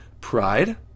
Pride